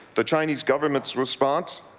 the chinese government's response?